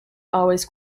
always